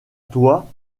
toi